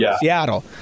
Seattle